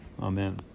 Amen